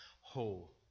whole